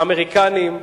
לאמריקנים,